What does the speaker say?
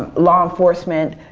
law enforcement